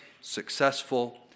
successful